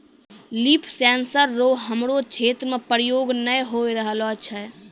लिफ sensor रो हमरो क्षेत्र मे प्रयोग नै होए रहलो छै